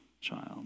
child